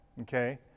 Okay